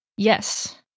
Yes